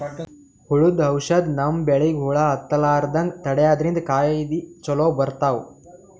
ಹುಳ್ದು ಔಷಧ್ ನಮ್ಮ್ ಬೆಳಿಗ್ ಹುಳಾ ಹತ್ತಲ್ಲ್ರದಂಗ್ ತಡ್ಯಾದ್ರಿನ್ದ ಕಾಯಿ ಚೊಲೋ ಬರ್ತಾವ್